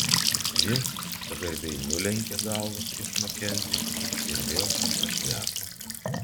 jis pagarbiai nulenkė galvą prieš makenzį ir vėl prašneko